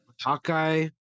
Hawkeye